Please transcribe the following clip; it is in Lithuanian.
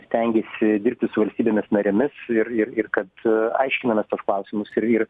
stengėsi dirbti su valstybėmis narėmis ir ir ir kad aiškinamės tuos klausimus ir ir